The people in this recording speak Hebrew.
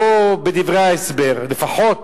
או בדברי ההסבר לפחות